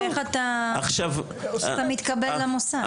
איך אתה מתקבל למוסד.